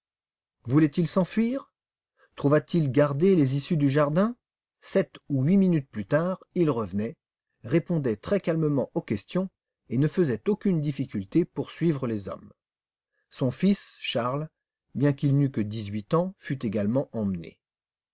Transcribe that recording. voulait-il s'enfuir trouva-t-il gardées les issues du jardin sept ou huit minutes plus tard il revenait répondait très calmement aux questions et ne faisait aucune difficulté pour suivre les hommes son fils charles bien qu'il n'eût que dix-huit ans fut également emmené